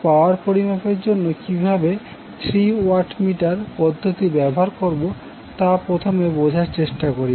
আমরা পাওয়ার পরিমাপের জন্য কীভাবে থ্রি ওয়াট মিটার পদ্ধতি ব্যবহার করব তা প্রথমে বোঝার চেষ্টা করি